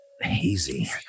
hazy